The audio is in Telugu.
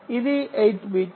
ఇది 8 బిట్